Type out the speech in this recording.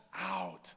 out